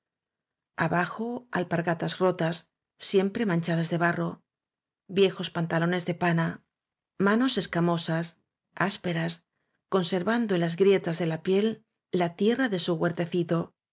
abajo alpar gatas rotas siem pre manchadas de barro viejos pan talones de pana manos escamosas ásperas conserdo en las grie tas de la piel la tierra de su huertecito